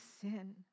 sin